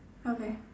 okay